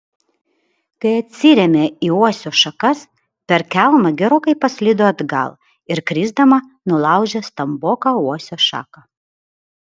kai atsirėmė į uosio šakas per kelmą gerokai paslydo atgal ir krisdama nulaužė stamboką uosio šaką